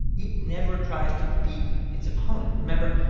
it never tries to beat its opponent. remember,